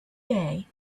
day